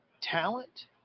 talent